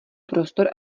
prostor